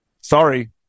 sorry